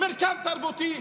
"מרקם תרבותי",